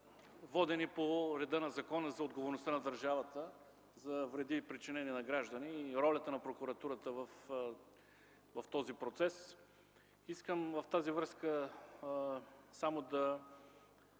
водени по реда на Закона за отговорността на държавата за вреди, причинени на граждани и ролята на прокуратурата в този процес. Искам във връзка с това